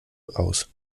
aus